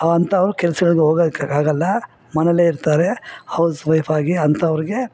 ಅಂಥವ್ರು ಕೆಲ್ಸಗಳಿಗೋಗಕ್ಕಾಗಲ್ಲ ಮನೆಯಲ್ಲೇ ಇರ್ತಾರೆ ಹೌಸ್ವೈಫಾಗಿ ಅಂಥವ್ರಿಗೆ